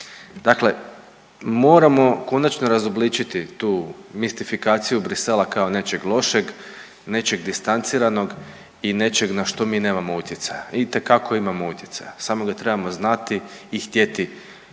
Dakle, moramo konačno razobličiti tu mistifikaciju Bruxellesa kao nečeg lošeg, nečeg distanciranog i nečeg na što mi nemamo utjecaja. Itekako imamo utjecaja samo ga trebamo znati i htjeti